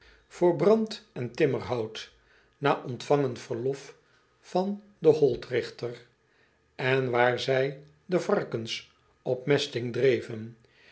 voor brand en timmerhout na ontvangen verlof van den holtrigter en waar zij de varkens op mesting dreven